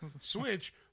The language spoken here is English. Switch